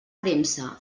premsa